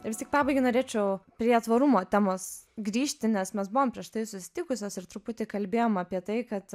ir vis tik pabaigai norėčiau prie tvarumo temos grįžti nes mes buvom prieš tai susitikusios ir truputį kalbėjom apie tai kad